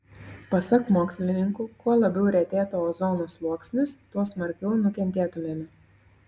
pasak mokslininkų kuo labiau retėtų ozono sluoksnis tuo smarkiau nukentėtumėme